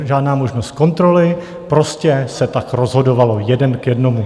Žádná možnost kontroly, prostě se tak rozhodovalo, jeden k jednomu.